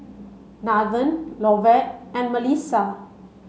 Nathen Lovett and Mellisa